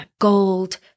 gold